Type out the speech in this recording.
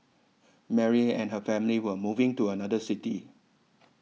Mary and her family were moving to another city